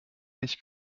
nicht